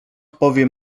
powie